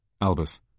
Albus